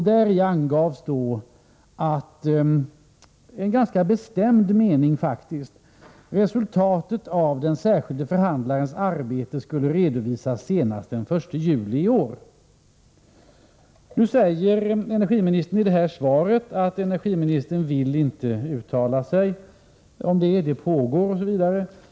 Däri angavs, vilket jag uppfattade som en ganska bestämd mening: Resultatet av den särskilde förhandlarens arbete skulle redovisas senast den 1 juli i år. Nu säger energiministern i svaret att energiministern inte vill uttala sig om detta, att diskussionen pågår osv.